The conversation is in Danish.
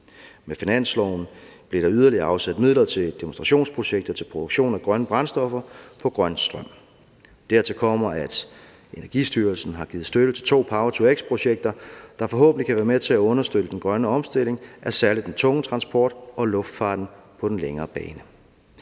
Med finansloven blev der yderligere afsat midler til demonstrationsprojekter til produktion af grønne brændstoffer på grøn strøm. Dertil kommer, at Energistyrelsen har givet støtte til to power-to-x-projekter, der forhåbentlig kan være med til at understøtte den grønne omstilling af særlig den tunge transport og luftfarten på den længere bane.